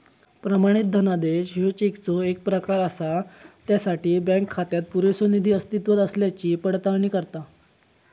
प्रमाणित धनादेश ह्यो चेकचो येक प्रकार असा ज्यासाठी बँक खात्यात पुरेसो निधी अस्तित्वात असल्याची पडताळणी करता